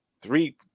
Three